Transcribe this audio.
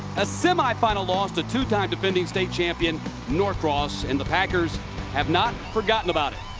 a semifinal loss to two-time defending state champion norcross. and the packers have not forgotten about it.